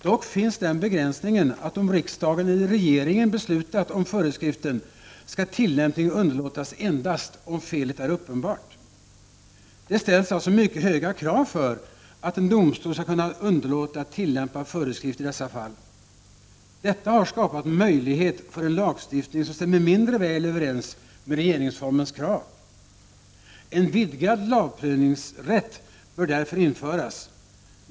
Dock finns den begränsningen att om riksdagen eller regeringen beslutat om föreskriften skall tillämpning underlåtas endast om felet är uppenbart. Det ställs alltså mycket höga krav för att en domstol skall kunna underlåta att tillämpa föreskrift i dessa fall. Detta har skapat möjlighet för lagstiftning som stämmer mindre väl överens med regeringsformens krav. En vidgad lagprövningsrätt bör därför införas.